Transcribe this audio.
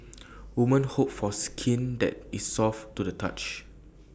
woman hope for skin that is soft to the touch